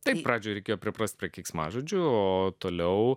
taip pradžiai reikėjo priprasti prie keiksmažodžių o toliau